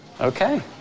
Okay